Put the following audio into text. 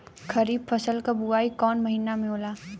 खरीफ फसल क बुवाई कौन महीना में होला?